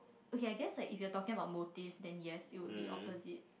okay just like if you talking about motive then you have you will be opposite